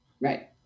Right